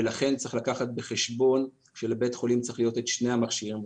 ולכן צריך לקחת בחשבון שלבית חולים צריכים להיות שני המכשירים.